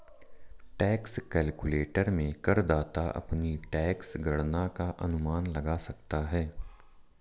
tax calculator में करदाता अपनी टैक्स गणना का अनुमान लगा सकता है